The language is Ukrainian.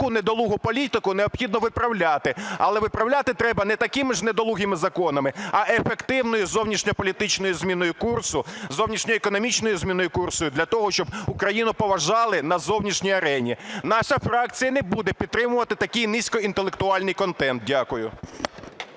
таку недолугу політику необхідно виправляти. Але виправляти треба не такими ж недолугими законами, а ефективною зовнішньополітичною зміною курсу, зовнішньоекономічною зміною курсу для того, щоб Україну поважали на зовнішній арені. Наша фракція не буде підтримувати такий низькоінтелектуальний контент. Дякую.